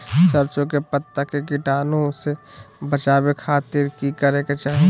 सरसों के पत्ता के कीटाणु से बचावे खातिर की करे के चाही?